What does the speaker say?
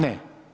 Ne.